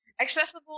Accessible